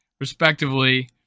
respectively